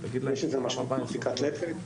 יש לזה השפעה מרחיקת-לכת.